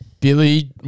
Billy